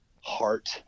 Heart